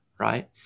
right